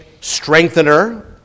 strengthener